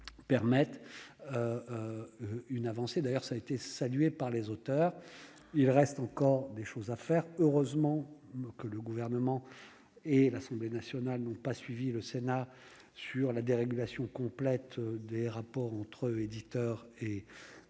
avancées, qui ont été saluées par les auteurs. Il reste encore des marges d'amélioration. Heureusement, le Gouvernement et l'Assemblée nationale n'ont pas suivi le Sénat sur la dérégulation complète des rapports entre éditeurs et producteurs.